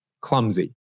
clumsy